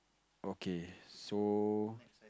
okay so